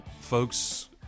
folks